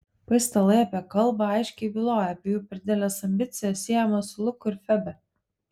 paistalai apie kalbą aiškiai byloja apie jų per dideles ambicijas siejamas su luku ir febe